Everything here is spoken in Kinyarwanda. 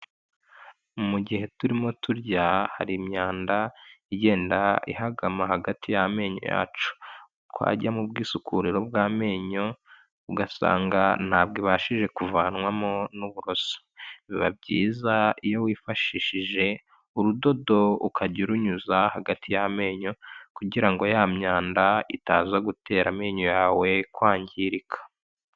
Mu gihe turimo turya hari imyanda igenda ihahagama hagati y'amenyo yacu, twajya mu bwisukuriro bw'amenyo ugasanga ntabwo ibashije kuvanwamo n'uburoso, biba byiza iyo wifashishije urudodo ukajya urunyuza hagati y'amenyo kugira ngo ya myanda itaza gutera amenyo yawe kwangirika.